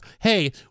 hey